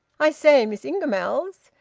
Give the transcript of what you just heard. i say, miss ingamells!